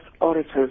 orators